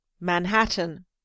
Manhattan